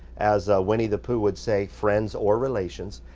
as winnie-the-pooh would say, friends or relations.